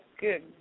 good